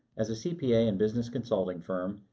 as a cpa and business consulting firm,